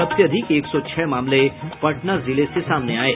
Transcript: सबसे अधिक एक सौ छह मामले पटना जिले से सामने आये हैं